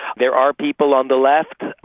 there are people on the left,